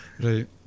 Right